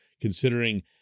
considering